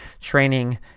Training